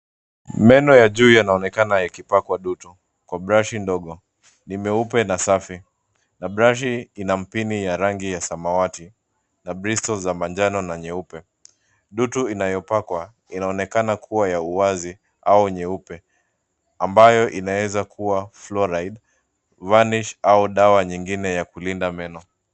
Meno ya juu yanaonekana yakipakwa dutu kwa brashi ndogo. Ni meupe na safi na brashi ina mpini ya rangi ya samawati na bristo za manjano na nyeupe. Dutu inayopakwa inaonekana kuwa ya uwazi au nyeupe ambayo inaweza kuwa Fluoride, Vanish au dawa nyingine ya kulinda meno.